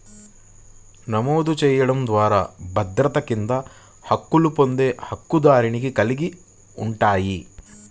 నమోదు చేయడం ద్వారా భద్రత కింద హక్కులు పొందే హక్కుదారుని కలిగి ఉంటాయి,